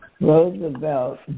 Roosevelt